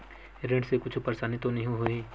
ऋण से कुछु परेशानी तो नहीं होही?